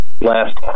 last